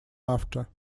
after